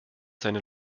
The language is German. deine